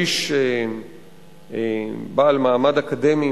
איש בעל מעמד אקדמי,